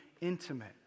intimate